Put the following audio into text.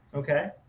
okay.